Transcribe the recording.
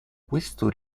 questo